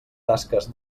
tasques